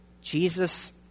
Jesus